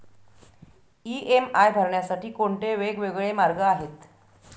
EMI भरण्यासाठी कोणते वेगवेगळे मार्ग आहेत?